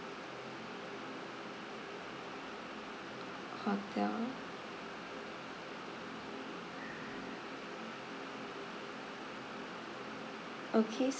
hotel okay